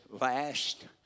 last